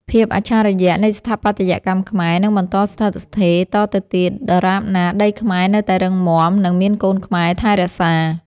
ភាពអច្ឆរិយៈនៃស្ថាបត្យកម្មខ្មែរនឹងបន្តស្ថិតស្ថេរតទៅទៀតដរាបណាដីខ្មែរនៅតែរឹងមាំ និង មានកូនខ្មែរថែរក្សា។